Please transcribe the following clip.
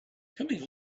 coming